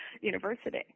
university